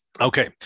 Okay